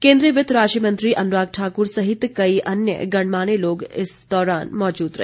केन्द्रीय वित्त राज्य मंत्री अनुराग ठाकुर सहित कई अन्य गणमान्य लोग इस दौरान मौजूद रहे